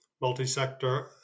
multi-sector